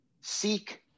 seek